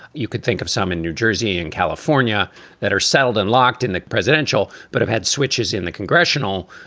you could think of some in new jersey and california that are settled and locked in the presidential, but have had switches in the congressional.